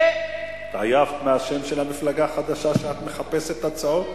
התעייפת מהשם של המפלגה החדשה שאת מחפשת הצעות?